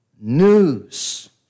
news